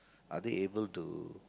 are they able to